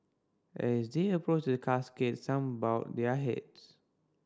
as they approached the casket some bowed their heads